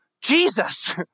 Jesus